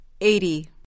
Eighty